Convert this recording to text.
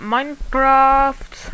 Minecraft